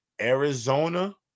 Arizona